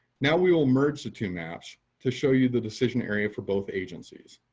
now we will merge the two maps to show you the decision area for both agencies.